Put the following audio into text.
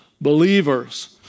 believers